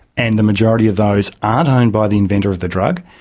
and the majority of those aren't owned by the inventor of the drug.